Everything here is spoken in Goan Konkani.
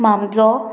मामजो